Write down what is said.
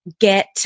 get